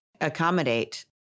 accommodate